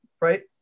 right